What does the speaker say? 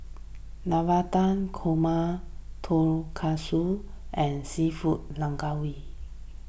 Navratan Korma Tonkatsu and Seafood